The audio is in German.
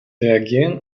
reagieren